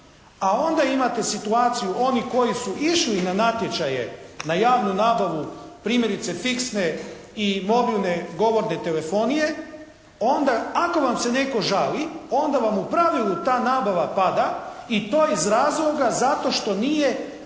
a onda imate situaciju oni koji su išli na natječaje na javnu nabavu primjerice fiksne i mobilne govorne telefonije, onda ako vam se netko žali onda vam u pravilu ta nabava pada i to iz razloga zato što nije jasno